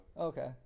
Okay